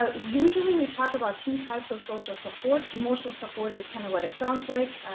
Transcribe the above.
ah usually we talk about two types of social support emotional support is kind of what it sounds like.